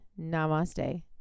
Namaste